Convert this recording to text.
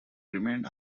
remained